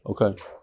Okay